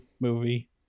movie